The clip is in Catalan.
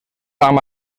amb